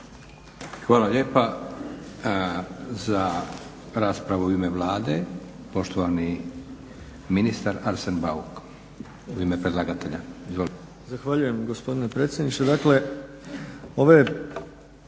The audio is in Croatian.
Hvala lijepa. Za raspravu u ime Vlade poštovani ministar Arsen Bauk u ime predlagatelja. Izvolite. **Bauk, Arsen